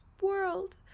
world